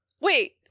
wait